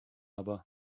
aber